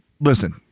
listen